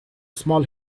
small